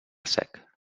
sec